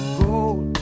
gold